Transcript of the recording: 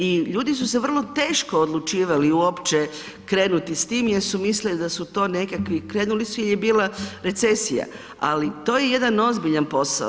I ljudi su se vrlo teško odlučivali uopće krenuti s tim jer su mislili da su to nekakvi, krenuli su jer je bila recesija, ali to je jedan ozbiljan posao.